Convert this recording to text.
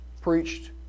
preached